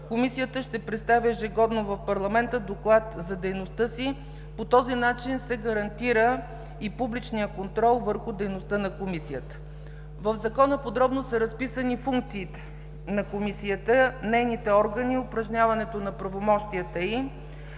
Комисията ще представя ежегодно в парламента доклад за дейността си. По този начин се гарантира и публичният контрол върху дейността на Комисията. В Законопроекта подробно са разписани функциите на Комисията, нейните органи и упражняването на правомощията